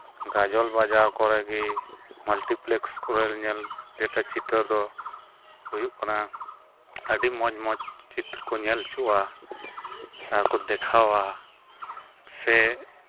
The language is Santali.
ᱜᱟᱡᱚᱞ ᱵᱟᱡᱟᱨ ᱠᱚᱨᱮᱜᱮ ᱢᱟᱞᱴᱤᱯᱞᱮᱹᱠᱥ ᱠᱚᱨᱮ ᱧᱮᱞ ᱞᱮᱠᱟᱱ ᱪᱤᱛᱟᱹᱨ ᱫᱚ ᱦᱩᱭᱩᱜ ᱠᱟᱱᱟ ᱟᱹᱰᱤ ᱢᱚᱡᱽ ᱢᱚᱡᱽ ᱪᱤᱛᱟᱹᱨ ᱠᱚ ᱧᱮᱞ ᱚᱪᱚᱣᱟᱜᱼᱟ ᱟᱨ ᱠᱚ ᱫᱮᱠᱷᱟᱣᱟ ᱥᱮ